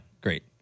Great